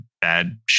bad